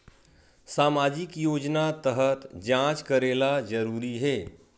सामजिक योजना तहत जांच करेला जरूरी हे